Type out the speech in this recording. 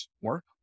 work